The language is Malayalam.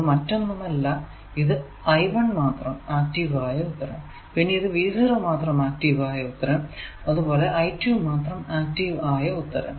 അത് മറ്റൊന്നുമല്ല ഇത് എന്നത് I1 മാത്രം ആക്റ്റീവ് ആയ ഉത്തരം പിന്നെ ഇത് V0 മാത്രം ആക്റ്റീവ് ആയ ഉത്തരം അത് പോലെ ഇത് I2 മാത്രം ആക്റ്റീവ് ആയ ഉത്തരം